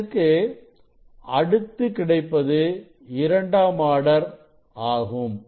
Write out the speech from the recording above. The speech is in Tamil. இதற்கு அடுத்து கிடைப்பது இரண்டாம் ஆர்டர் ஆகும்